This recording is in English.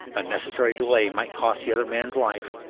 unnecessary delay might cost the other man's life.